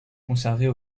conservées